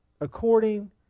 According